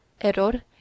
error